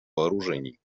вооружений